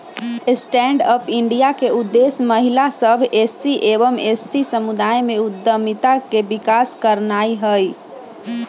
stand up India के उद्देश्य महिला सभ, एस.सी एवं एस.टी समुदाय में उद्यमिता के विकास करनाइ हइ